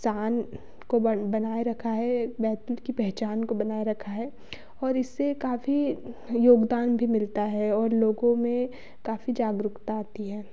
सान को बन बनाए रखा है बैतूल की पहचान उनको बनाए रखा है और इससे काफ़ी योगदान भी मिलता है और लोगों में काफ़ी जागरुकता आती है